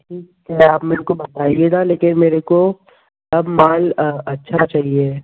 ठीक है आप मेरे को बताईएगा लेकिन मेरे को सब माल अच्छा चाहिए